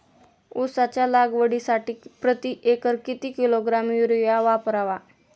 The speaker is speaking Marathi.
उसाच्या लागवडीसाठी प्रति एकर किती किलोग्रॅम युरिया वापरावा?